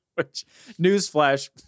newsflash